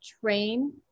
train